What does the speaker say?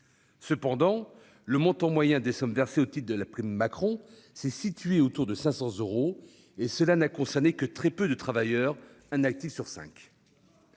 Toutefois, le montant moyen des sommes versées au titre de la prime Macron s'est situé autour de 500 euros, et cela n'a concerné que très peu de travailleurs : un actif sur cinq.